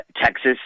Texas